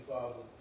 Father